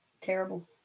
Terrible